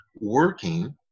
working